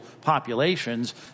populations